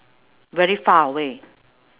very far away